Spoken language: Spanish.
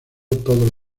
todos